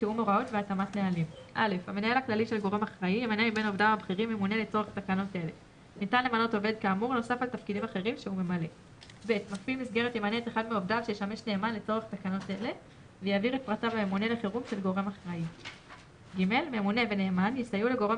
תיאום הוראות והתאמת נהלים 28. המנהל הכללי של גורם